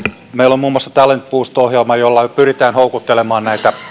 meillä on muun muassa talent boost ohjelma jolla pyritään houkuttelemaan näitä